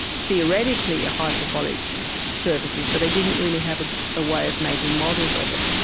theoretically, hyperbolic surfaces, but they didn't really have a way of making models of it.